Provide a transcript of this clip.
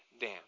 Dan